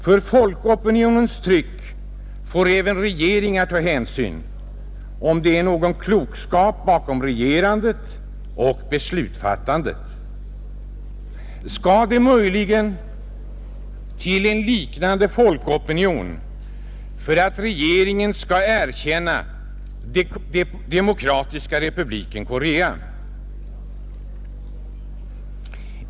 Till folkopinionens tryck får även regeringar ta hänsyn — om det ligger någon klokskap bakom regerandet och beslutsfattandet. Skall det möjligen till en liknande folkopinion för att regeringen skall erkänna Demokratiska folkrepubliken Korea?